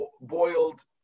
boiled